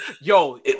yo